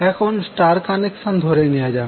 এখন star connection ধরে নেওয়া যাক